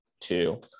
two